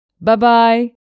Bye-bye